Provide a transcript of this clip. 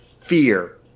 Fear